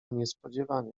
niespodziewanie